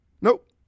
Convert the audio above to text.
Nope